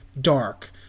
dark